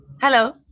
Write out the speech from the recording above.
hello